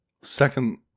second